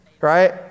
Right